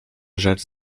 rzecz